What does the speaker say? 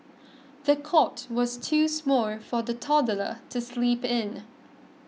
the cot was too small for the toddler to sleep in